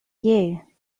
you